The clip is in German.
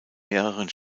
mehreren